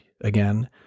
again